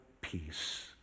peace